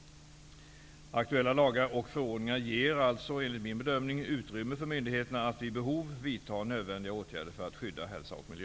Aktuella lagar och förordningar ger alltså, enligt min bedömning, utrymme för myndigheterna att vid behov vidta nödvändiga åtgärder för att skydda hälsa och miljö.